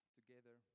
together